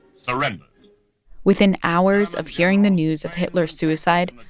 surrenders within hours of hearing the news of hitler's suicide,